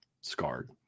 Scarred